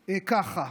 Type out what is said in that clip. ככה.